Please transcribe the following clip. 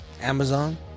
Amazon